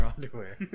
underwear